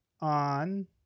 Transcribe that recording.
on